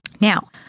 Now